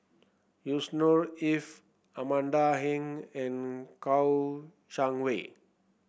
Yusnor Ef Amanda Heng and Kouo Shang Wei